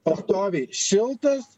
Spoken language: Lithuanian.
pastoviai šiltas